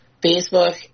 Facebook